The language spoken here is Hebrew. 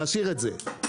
להשאיר את זה,